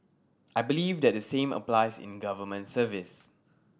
I believe that the same applies in government service